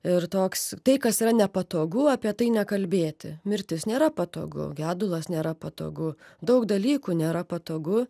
ir toks tai kas yra nepatogu apie tai nekalbėti mirtis nėra patogu gedulas nėra patogu daug dalykų nėra patogu